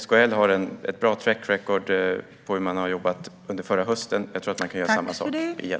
SKL har ett bra track record på hur man har jobbat under förra hösten, och jag tror att man kan göra samma sak igen.